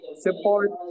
support